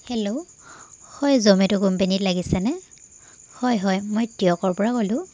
hello হয় জমেট' কোম্পানীত লাগিছেনে হয় হয় মই টিয়কৰপৰা ক'লোঁ